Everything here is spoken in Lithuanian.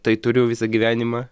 tai turiu visą gyvenimą